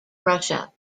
russia